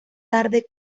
tarde